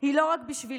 היא לא רק בשבילי,